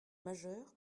majeur